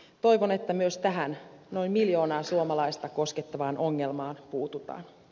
toivon että myös tähän noin miljoonaa suomalaista koskettavaan ongelmaan puututaan